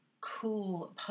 cool